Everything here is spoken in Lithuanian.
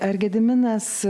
ar gediminas